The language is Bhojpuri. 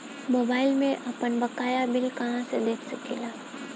मोबाइल में आपनबकाया बिल कहाँसे देख सकिले?